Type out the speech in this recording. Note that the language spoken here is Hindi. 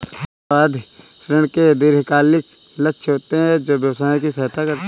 सावधि ऋण के दीर्घकालिक लक्ष्य होते हैं जो व्यवसायों की सहायता करते हैं